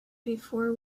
before